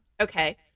okay